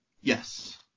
Yes